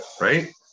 right